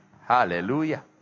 Hallelujah